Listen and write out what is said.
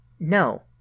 No